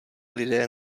lidé